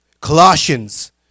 Colossians